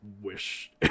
wish